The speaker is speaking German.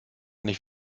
nicht